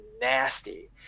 nasty